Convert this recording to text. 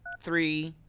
three,